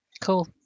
Cool